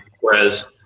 Whereas